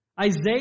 Isaiah